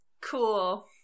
Cool